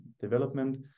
development